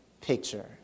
picture